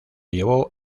llevó